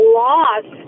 loss